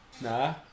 Nah